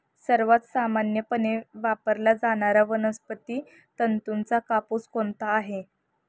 सर्वात सामान्यपणे वापरला जाणारा वनस्पती तंतूचा कापूस कोणता आहे?